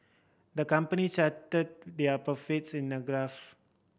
the company charted their profits in a graph